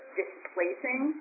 displacing